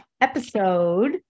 episode